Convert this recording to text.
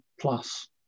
plus